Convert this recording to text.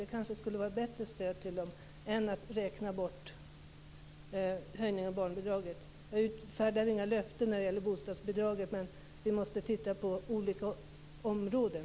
Det kanske skulle vara ett bättre stöd till dem att räkna bort en höjning av bostadsbidraget än att räkna bort höjningen av barnbidraget. Jag utfärdar inga löften när det gäller bostadsbidraget, utan vi måste titta närmare på olika områden.